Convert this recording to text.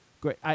great